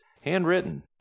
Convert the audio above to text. Handwritten